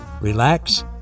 relax